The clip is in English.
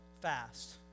fast